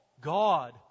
God